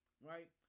right